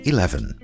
Eleven